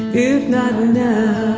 if not now,